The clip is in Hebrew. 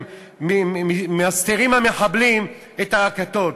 מסתירים המחבלים את הרקטות.